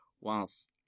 whilst